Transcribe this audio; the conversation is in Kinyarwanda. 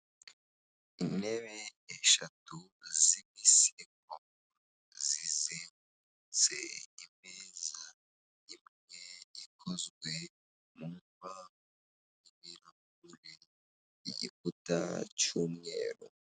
Intebe eshatu z'imisezo zizengurutse imeza imwe ikozwe mu mbaho inyuma hari igikuta cy'umweru.